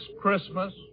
Christmas